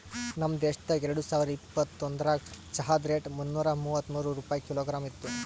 ನಮ್ ದೇಶದಾಗ್ ಎರಡು ಸಾವಿರ ಇಪ್ಪತ್ತೊಂದರಾಗ್ ಚಹಾದ್ ರೇಟ್ ಮುನ್ನೂರಾ ಮೂವತ್ಮೂರು ರೂಪಾಯಿ ಕಿಲೋಗ್ರಾಮ್ ಇತ್ತು